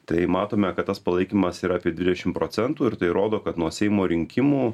tai matome kad tas palaikymas yra apie dvidešim procentų ir tai rodo kad nuo seimo rinkimų